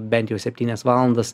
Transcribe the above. bent jau septynias valandas